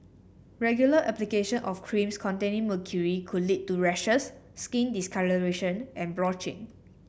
regular application of creams containing mercury could lead to rashes skin discolouration and blotching